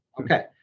Okay